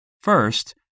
First